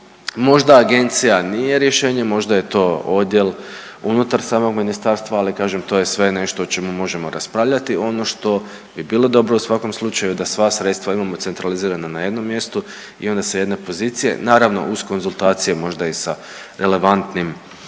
Možda Agencija nije rješenje, možda je to odjel unutar samog Ministarstva, ali kažem to je sve nešto o čemu možemo raspravljati. Ono što bi bilo dobro u svakom slučaju da sva sredstva imamo centralizirano na jednom mjestu i onda se jedna pozicija naravno uz konzultacije možda i sa relevantnim